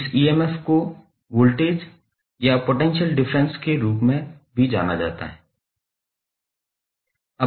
इस ईएमएफ को वोल्टेज या पोटेंशियल डिफरेंस के रूप में भी जाना जाता है